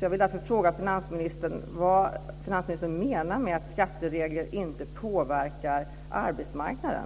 Jag vill därför fråga finansministern vad han menar med att skatteregler inte påverkar arbetsmarknaden.